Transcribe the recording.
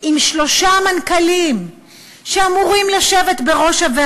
עם שלושה מנכ"לים שאמורים לשבת בראשה.